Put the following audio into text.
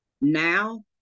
now